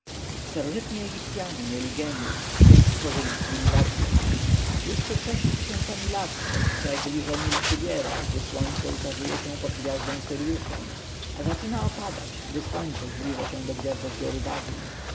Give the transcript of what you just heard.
starożytni egipcjanie mieli genjusz więc stworzyli cywilizację już przed sześciu tysiącami lat spostrzegli ze nil przybiera gdy słońce ukazuje się pod gwiazdą syrjuszem a zaczyna opadać gdy słońce zbliża się do gwiazdozbioru wagi